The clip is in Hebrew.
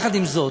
עם זאת,